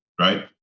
right